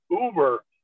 Uber